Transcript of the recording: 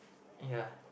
ya